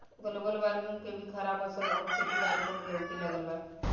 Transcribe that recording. global warming के भी खराब असर अब खेती बारी पर लऊके लगल बा